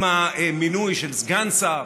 עם המינוי של סגן שר